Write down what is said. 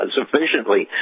sufficiently